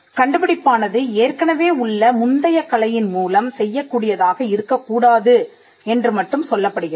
கண்டுபிடிப்பானது ஏற்கனவே உள்ள முந்தைய கலையின் மூலம் செய்யக் கூடியதாக இருக்கக் கூடாது என்று மட்டும் சொல்லப்படுகிறது